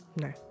no